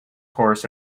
horse